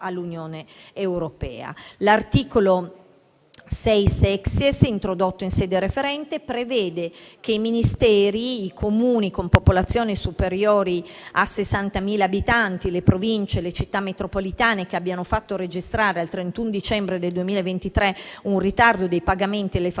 L'articolo 6-*sexies*, introdotto in sede referente, prevede che i Ministeri, i Comuni con popolazione superiore a 60.000 abitanti, le Province e le Città metropolitane che abbiano fatto registrare, al 31 dicembre 2023, un ritardo dei pagamenti delle fatture